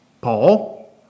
Paul